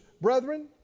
Brethren